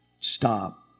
stop